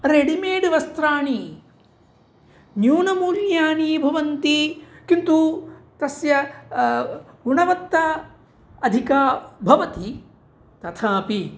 readymade वस्त्राणि न्यूनमूल्यानि भवन्ति किन्तु तस्य गुणवत्ता अधिका भवति तथापि